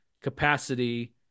capacity